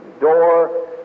door